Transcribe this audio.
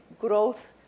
growth